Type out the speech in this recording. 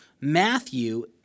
Matthew